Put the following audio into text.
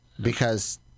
because-